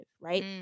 right